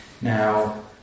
Now